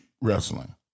wrestling